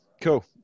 cool